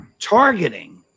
targeting